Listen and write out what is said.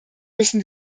müssen